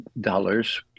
dollars